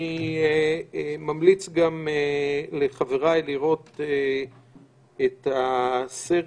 אני ממליץ גם לחבריי לראות את הסרט,